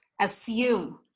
assume